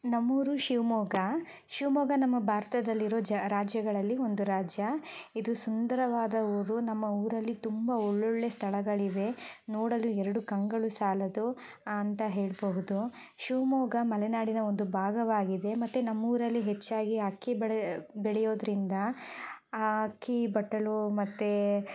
ನಮ್ಮೂರು ಶಿವಮೊಗ್ಗ ಶಿವಮೊಗ್ಗ ನಮ್ಮ ಭಾರತದಲ್ಲಿರುವ ಜ ರಾಜ್ಯಗಳಲ್ಲಿ ಒಂದು ರಾಜ್ಯ ಇದು ಸುಂದರವಾದ ಊರು ನಮ್ಮ ಊರಲ್ಲಿ ತುಂಬಾ ಒಳ್ಳೊಳ್ಳೆ ಸ್ಥಳಗಳು ಇವೆ ನೋಡಲು ಎರಡು ಕಂಗಳು ಸಾಲದು ಅಂತ ಹೇಳಬಹುದು ಶಿವಮೊಗ್ಗ ಮಲೆನಾಡಿನ ಒಂದು ಭಾಗವಾಗಿದೆ ಮತ್ತೆ ನಮ್ಮೂರಲ್ಲಿ ಹೆಚ್ಚಾಗಿ ಅಕ್ಕಿ ಬೆಳೆ ಬೆಳೆಯುವುದರಿಂದ ಅಕ್ಕಿ ಬಟ್ಟಲು ಮತ್ತೆ